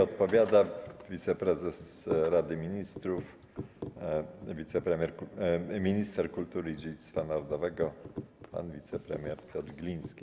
Odpowiada wiceprezes Rady Ministrów, minister kultury i dziedzictwa narodowego pan wicepremier Piotr Gliński.